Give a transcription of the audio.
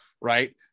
right